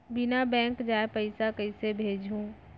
बिना बैंक जाये पइसा कइसे भेजहूँ?